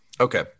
Okay